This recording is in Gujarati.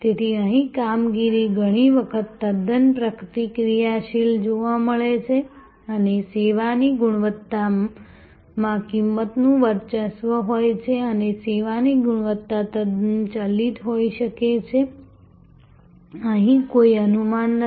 તેથી અહીં કામગીરી ઘણી વખત તદ્દન પ્રતિક્રિયાશીલ જોવા મળે છે અને સેવાની ગુણવત્તામાં કિંમતનું વર્ચસ્વ હોય છે અને સેવાની ગુણવત્તા તદ્દન ચલિત હોઈ શકે છે અહીં કોઈ અનુમાન નથી